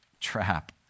trap